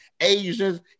Asians